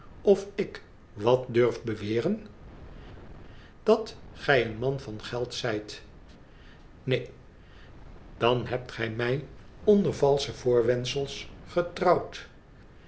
of ik wat durf be weren dat j een man van geld zijt ineen dan hebt gij mij onder valsche voorwendsels getrouwd